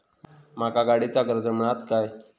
माका गाडीचा कर्ज मिळात काय?